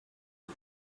and